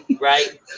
Right